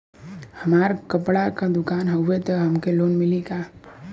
हमार कपड़ा क दुकान हउवे त हमके लोन मिली का?